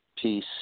Peace